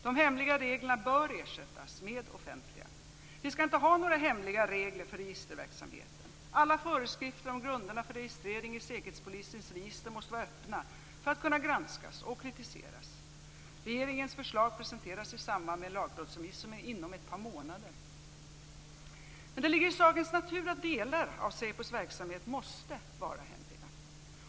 De hemliga reglerna bör ersättas med offentliga. Vi skall inte ha några hemliga regler för registerverksamheten. Alla föreskrifter om grunderna för registrering i Säkerhetspolisens register måste vara öppna för att kunna granskas och kritiseras. Regeringens förslag presenteras i samband med en lagrådsremiss inom ett par månader. Det ligger i sakens natur att delar av SÄPO:s verksamhet måste vara hemliga.